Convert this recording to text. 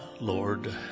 Lord